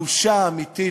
הבושה האמיתית,